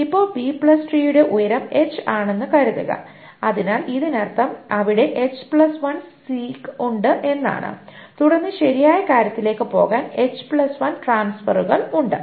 ഇപ്പോൾ ബി ട്രീയുടെ B tree ഉയരം ആണെന്ന് കരുതുക അതിനാൽ ഇതിനർത്ഥം അവിടെ സീക്സ് ഉണ്ടെന്നാണ് തുടർന്ന് ശരിയായ കാര്യത്തിലേക്ക് പോകാൻ ട്രാൻസ്ഫറുകൾ ഉണ്ട്